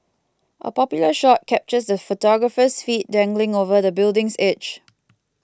a popular shot captures the photographer's feet dangling over the building's edge